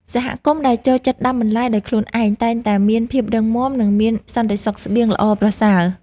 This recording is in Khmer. សហគមន៍ដែលចូលចិត្តដាំបន្លែដោយខ្លួនឯងតែងតែមានភាពរឹងមាំ និងមានសន្តិសុខស្បៀងល្អប្រសើរ។